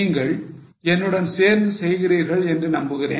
நீங்கள் என்னுடன் சேர்ந்து செய்கிறீர்கள் என்று நம்புகிறேன்